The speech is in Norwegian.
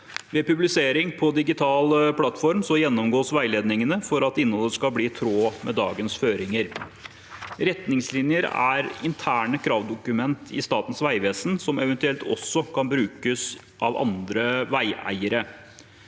Ved publisering på digital plattform gjennomgås veiledningene for at innholdet skal bli i tråd med dagens føringer. Retningslinjer er interne kravdokumenter i Statens vegvesen som eventuelt også kan brukes av andre veieiere.